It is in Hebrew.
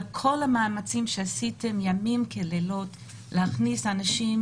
כל המאמצים שעשיתם לילות כימים להכניס אנשים,